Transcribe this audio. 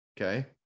Okay